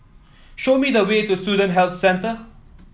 show me the way to Student Health Centre